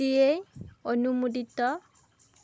T ই অনুমোদিত